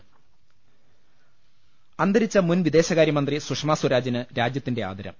ള്ള ൽ അന്തരിച്ച മുൻ വിദേശകാര്യ മന്ത്രി സുഷമ സ്വരാജിന് രാജ്യത്തിന്റെ ആദരം